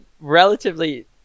relatively